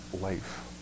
life